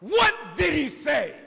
what did he say